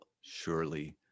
surely